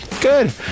Good